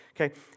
Okay